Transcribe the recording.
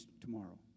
tomorrow